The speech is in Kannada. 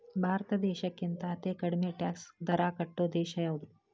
ಭಾರತ್ ದೇಶಕ್ಕಿಂತಾ ಅತೇ ಕಡ್ಮಿ ಟ್ಯಾಕ್ಸ್ ದರಾ ಕಟ್ಟೊ ದೇಶಾ ಯಾವ್ದು?